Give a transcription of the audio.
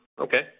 Okay